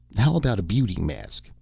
how about a beauty mask?